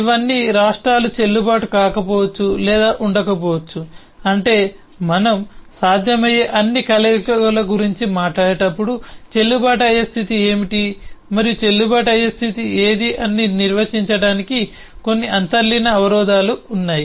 ఇవన్నీ రాష్ట్రాలు చెల్లుబాటు కాకపోవచ్చు లేదా ఉండకపోవచ్చు అంటే మనం సాధ్యమయ్యే అన్ని కలయికల గురించి మాట్లాడేటప్పుడు చెల్లుబాటు అయ్యే స్థితి ఏమిటి మరియు చెల్లుబాటు అయ్యే స్థితి ఏది అని నిర్వచించటానికి కొన్ని అంతర్లీన అవరోధాలు ఉన్నాయి